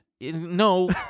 No